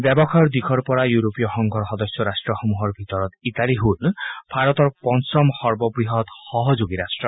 ব্যৱসায়ৰ দিশৰ পৰা ইউৰোপীয়া সংঘৰ সদস্য ৰাষ্ট্ৰসমূহৰ ভিতৰত ইটালী হল ভাৰতৰ পঞ্চম সৰ্ববৃহৎ সহযোগী ৰাষ্ট্ৰ